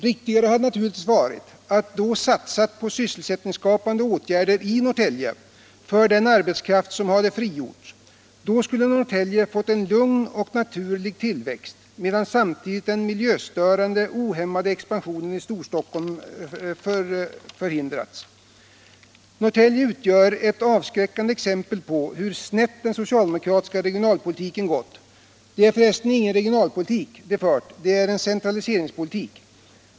Riktigare hade naturligtvis varit att satsa på sysselsättningsskapande åtgärder i Norrtälje för den arbetskraft som hade frigjorts. Då skulle Norrtälje ha fått en lugn och naturlig tillväxt medan samtidigt den miljöstörande, ohämmade expansionen i Storstockholm hade förhindrats. Norrtälje utgör ett avskräckande exempel på hur snett den socialdemokratiska regionalpolitiken gått. Det är förresten inte någon regionalpolitik socialdemokraterna fört — det är en centraliseringspolitik.